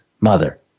mother